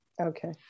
Okay